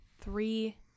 three